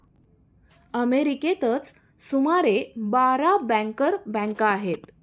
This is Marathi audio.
अमेरिकेतच सुमारे बारा बँकर बँका आहेत